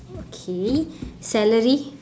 okay celery